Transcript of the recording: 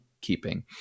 keeping